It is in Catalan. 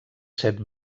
set